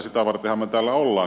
sitä vartenhan me täällä olemme